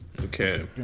Okay